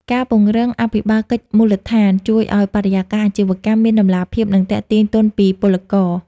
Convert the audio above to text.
ការពង្រឹង "អភិបាលកិច្ចមូលដ្ឋាន" ជួយឱ្យបរិយាកាសអាជីវកម្មមានតម្លាភាព និងទាក់ទាញទុនពីពលករ។